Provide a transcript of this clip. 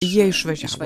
jie išvažiavo